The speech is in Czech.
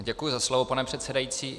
Děkuji za slovo, pane předsedající.